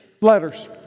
letters